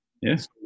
Yes